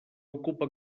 ocupa